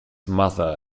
mother